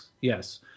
yes